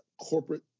corporate